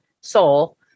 soul